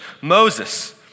Moses